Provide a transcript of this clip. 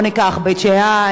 בוא ניקח בית-שאן,